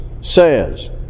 says